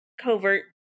covert